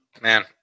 man